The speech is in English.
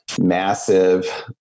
massive